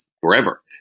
forever